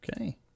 Okay